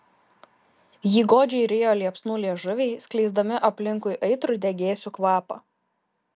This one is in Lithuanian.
jį godžiai rijo liepsnų liežuviai skleisdami aplinkui aitrų degėsių kvapą